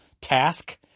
task